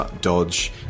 dodge